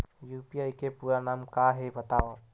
UPI के पूरा नाम का हे बतावव?